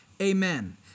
amen